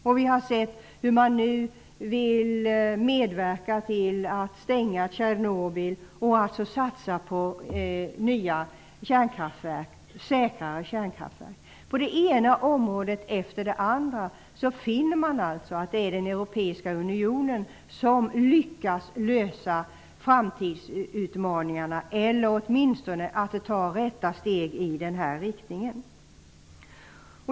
Vi har också sett hur man nu vill medverka till att stänga Tjernobyl och satsa på nya och säkrare kärnkraftverk. På det ena området efter det andra finner man alltså att det är den europeiska unionen som lyckas klara framtidsutmaningarna eller åtminstone att ta rätt steg i den här riktningen.